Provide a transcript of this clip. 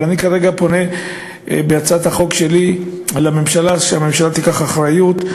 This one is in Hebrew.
אבל אני כרגע פונה בהצעת החוק שלי לממשלה: שהממשלה תיקח אחריות,